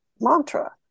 mantra